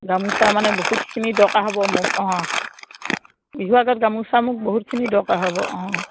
গামোচা মানে বহুতখিনি দৰকাৰ হ'ব মোক অঁ বিহুৱ আগত গামোচা মোক বহুতখিনি দৰকাৰ হ'ব অঁ